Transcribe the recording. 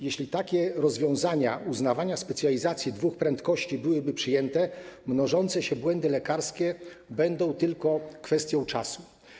Jeśli takie rozwiązania uznawania specjalizacji dwóch prędkości byłyby przyjęte, mnożące się błędy lekarskie będą tylko kwestią czasu.